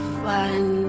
fun